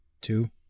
two